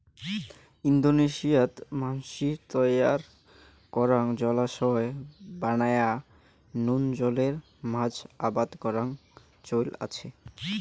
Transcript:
ইন্দোনেশিয়াত মানষির তৈয়ার করাং জলাশয় বানেয়া নুন জলের মাছ আবাদ করার চৈল আচে